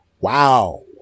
Wow